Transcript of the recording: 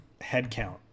headcount